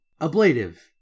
ablative